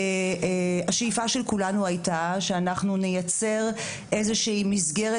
השאיפה של כולנו הייתה שנייצר איזו שהיא מסגרת